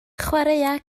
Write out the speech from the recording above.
chwaraea